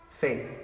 faith